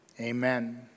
Amen